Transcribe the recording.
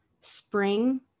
spring